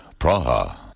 Praha